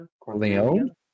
Corleone